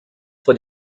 for